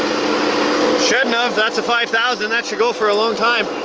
shouldn't have, that's a five thousand. that should go for a long time.